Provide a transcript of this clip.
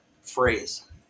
phrase